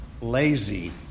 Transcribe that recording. lazy